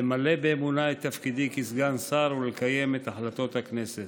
למלא באמונה את תפקידי כסגן שר ולקיים את החלטות הכנסת.